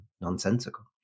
nonsensical